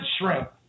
shrimp